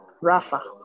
rafa